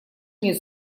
нет